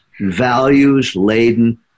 values-laden